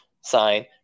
sign